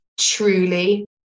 truly